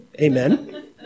Amen